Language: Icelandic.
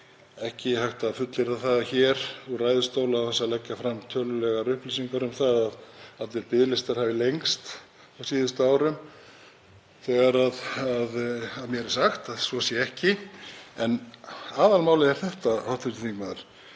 ekki hægt að fullyrða það hér úr ræðustól án þess að leggja fram tölulegar upplýsingar að allir biðlistar hafi lengst á síðustu árum þegar mér er sagt að svo sé ekki. En aðalmálið er þetta, hv. þingmaður: